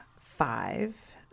five